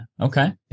okay